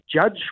judge